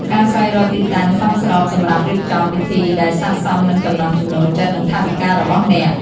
ការស្វែងរកទីតាំងសមស្របសម្រាប់រៀបចំពិធីដែលស័ក្តិសមនឹងចំណង់ចំណូលចិត្ត និងថវិការបស់អ្នក។